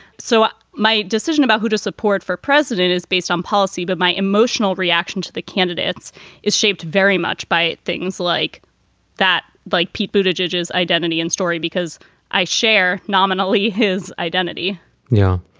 so my decision about who to support for president is based on policy. but my emotional reaction to the candidates is shaped very much by things like that. like pete bhuta judges identity and story, because i share nominally his identity yeah